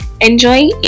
enjoy